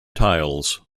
tiles